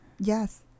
Yes